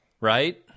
right